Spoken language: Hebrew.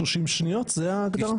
30 שניות, זה ההגדרה?